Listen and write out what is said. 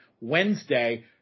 wednesday